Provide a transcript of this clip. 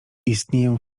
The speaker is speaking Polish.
istnieję